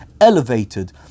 elevated